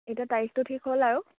এতিয়া তাৰিখটো ঠিক হ'ল আৰু